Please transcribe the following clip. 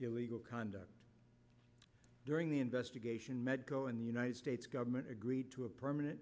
illegal conduct during the investigation medco in the united states government agreed to a permanent